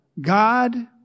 God